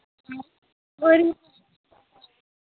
होर